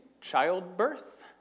childbirth